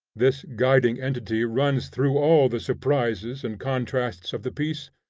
this guiding identity runs through all the surprises and contrasts of the piece,